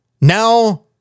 now